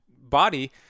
body